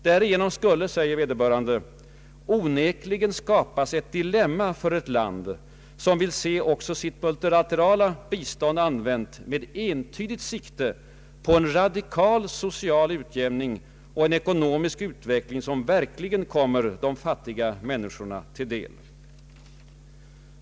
Därigenom skulle, säger vederbörande, onekligen skapas ”ett dilemma för ett land som vill se också sitt multilaterala bistånd använt med entydigt sikte på en radikal social utjämning och en ekonomisk utveckling som verkligen kommer de fattiga människorna till del”.